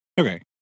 Okay